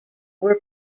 were